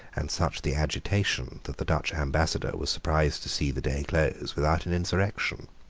and such the agitation, that the dutch ambassador was surprised to see the day close without an insurrection.